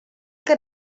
que